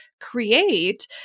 create